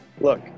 Look